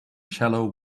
shallow